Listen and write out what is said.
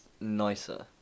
nicer